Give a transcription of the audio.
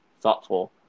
thoughtful